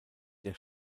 der